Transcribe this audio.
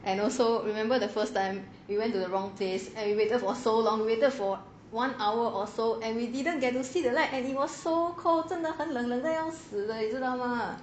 and also remember the first time we went to the wrong place and we waited for so long we waited for one hour or so and we didn't get to see the light and it was so cold 真的很冷的要死了你知道吗